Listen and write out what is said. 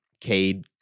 Cade